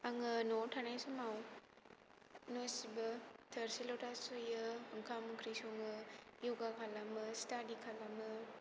आङो न'वाव थानाय समाव गासिबो थोरसि लथा सुयो ओंखाम ओंख्रि सङो यगा खालामो स्टाडि खालामो